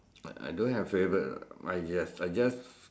I don't have favourite ah I just I just